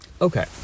Okay